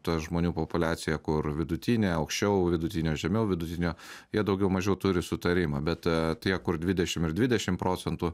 tas žmonių populiacija kur vidutinė aukščiau vidutinio žemiau vidutinio jie daugiau mažiau turi sutarimą bet tie kur dvidešim ar dvidešim procentų